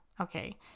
Okay